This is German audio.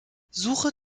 suche